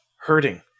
hurting